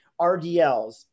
RDLs